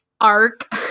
arc